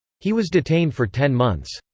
he was detained for ten months.